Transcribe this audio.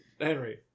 Henry